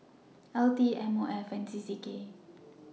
L T M O F and C C K